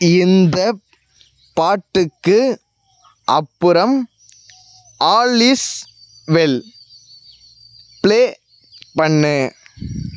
இந்தப் பாட்டுக்கு அப்புறம் ஆல் இஸ் வெல் ப்ளே பண்ணு